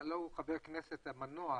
הלא הוא חבר הכנסת המנוח